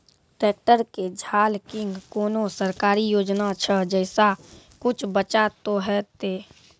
Tractor के झाल किंग कोनो सरकारी योजना छ जैसा कुछ बचा तो है ते?